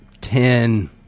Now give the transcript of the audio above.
ten